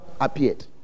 appeared